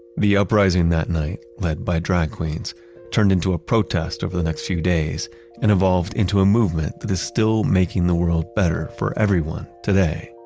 the uprising that night led by drag queens turned into a protest over the next few days and evolved into a movement that is still making the world better for everyone today.